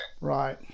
Right